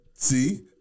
See